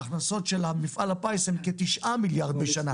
ההכנסות של מפעל הפיס הם כ-9 מיליארד בשנה.